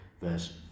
verse